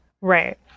Right